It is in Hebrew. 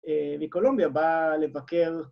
וקולומביה באה לבקר...